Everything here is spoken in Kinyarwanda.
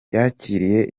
yakiriye